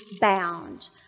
bound